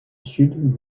sud